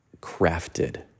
crafted